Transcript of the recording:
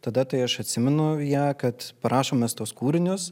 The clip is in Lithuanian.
tada tai aš atsimenu ją kad prašom mes tuos kūrinius